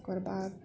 ओकरबाद